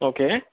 okay